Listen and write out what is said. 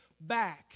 back